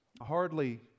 hardly